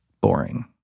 boring